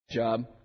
job